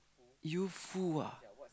youthful ah